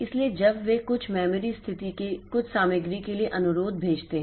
इसलिए जब वे कुछ मेमोरी स्थिति के कुछ सामग्री के लिए अनुरोध भेजते हैं